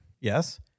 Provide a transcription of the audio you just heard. yes